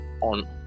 on